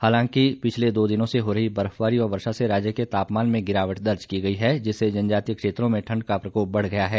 हालांकि पिछले दो दिनों से हो रही बर्फबारी व वर्षा से राज्य के तापमान में गिरावट दर्ज की गई है जिससे जनजातीय क्षेत्रों में ठंड का प्रकोप बढ़ गया है